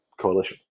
coalition